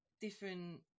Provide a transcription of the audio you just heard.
different